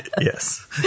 Yes